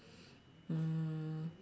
mm